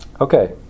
Okay